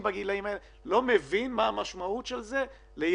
בגילאים האלה לא מבין מה המשמעות של זה לילד,